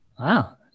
Wow